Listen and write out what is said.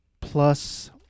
plus